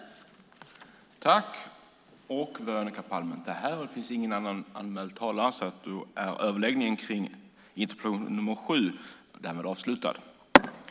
Då Veronica Palm, som framställt interpellationen, anmält att hon var förhindrad att närvara vid sammanträdet förklarade andre vice talmannen överläggningen avslutad.